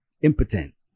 impotent